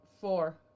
Four